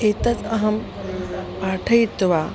एतत् अहं पाठयित्वा